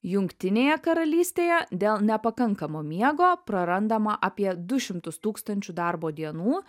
jungtinėje karalystėje dėl nepakankamo miego prarandama apie du šimtus tūkstančių darbo dienų